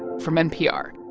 from npr